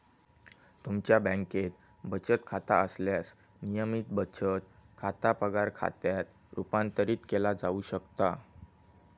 तुमचा बँकेत बचत खाता असल्यास, नियमित बचत खाता पगार खात्यात रूपांतरित केला जाऊ शकता